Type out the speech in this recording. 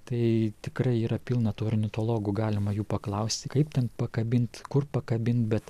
tai tikrai yra pilna tų ornitologų galima jų paklausti kaip ten pakabint kur pakabint bet